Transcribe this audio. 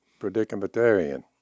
predicamentarian